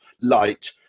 light